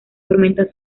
tormenta